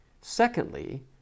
Secondly